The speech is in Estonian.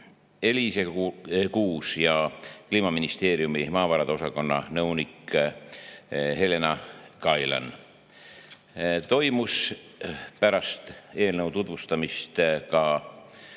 Eliise Kuus ja Kliimaministeeriumi maavarade osakonna nõunik Helena Gailan. Pärast eelnõu tutvustamist